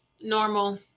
Normal